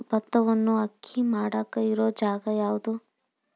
ಭತ್ತವನ್ನು ಅಕ್ಕಿ ಮಾಡಾಕ ಇರು ಜಾಗ ಯಾವುದು?